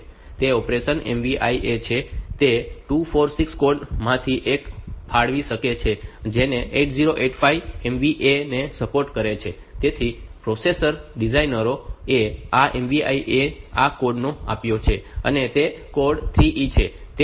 તે operation MVI A છે તે 246 કોડ માંથી એક ફાળવી શકે છે જેને 8085 MVI A ને સપોર્ટ કરે છે તેથી પ્રોસેસર ડિઝાઇનરો એ આ MVI A ને આ કોડ આપ્યો છે અને તે કોડ 3E છે